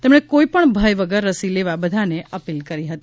તેમણે કોઇ પણ ભય વગર રસી લેવા બધાને અપીલ કરી હતી